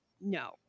no